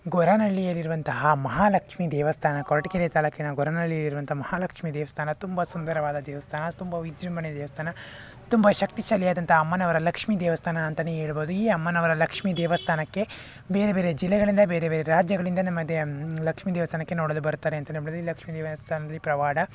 ಗೊರವನಹಳ್ಳಿಯಲ್ಲಿ ಇರುವಂತಹ ಮಹಾಲಕ್ಷ್ಮೀ ದೇವಸ್ಥಾನ ಕೊರಟಗೆರೆ ತಾಲೂಕಿನ ಗೊರವನಹಳ್ಳಿಲ್ಲಿರುವಂತಹ ಮಹಾಲಕ್ಷ್ಮೀ ದೇವಸ್ಥಾನ ತುಂಬ ಸುಂದರವಾದ ದೇವಸ್ಥಾನ ತುಂಬ ವಿಜೃಂಭಣೆ ದೇವಸ್ಥಾನ ತುಂಬ ಶಕ್ತಿಶಾಲಿ ಆದಂತಹ ಅಮ್ಮನವರ ಲಕ್ಷ್ಮೀ ದೇವಸ್ಥಾನ ಅಂತಾನೆ ಹೇಳ್ಬೋದು ಈ ಅಮ್ಮನವರ ಲಕ್ಷ್ಮೀ ದೇವಸ್ಥಾನಕ್ಕೆ ಬೇರೆ ಬೇರೆ ಜಿಲ್ಲೆಗಳಿಂದ ಬೇರೆ ಬೇರೆ ರಾಜ್ಯಗಳಿಂದ ನಮ್ಮ ದೇ ಲಕ್ಷ್ಮೀ ದೇವಸ್ಥಾನಕ್ಕೆ ನೋಡಲು ಬರುತ್ತಾರೆ ಅಂತಾನೆ ಹೇಳ್ಬೋದು ಈ ಲಕ್ಷ್ಮೀ ದೇವಸ್ಥಾನದಲ್ಲಿ ಪವಾಡ